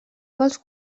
vols